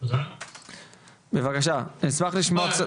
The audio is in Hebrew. מן הסתם יש לכם חלק